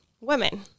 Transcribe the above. women